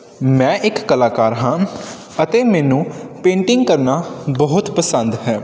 ਮੈਂ ਇੱਕ ਕਲਾਕਾਰ ਹਾਂ ਅਤੇ ਮੈਨੂੰ ਪੇਂਟਿੰਗ ਕਰਨਾ ਬਹੁਤ ਪਸੰਦ ਹੈ